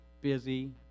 busy